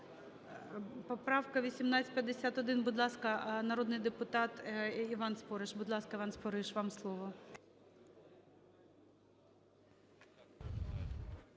Поправка 1851, будь ласка, народний депутат Іван Спориш. Будь ласка, Іван Спориш, вам слово.